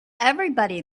everybody